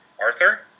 Arthur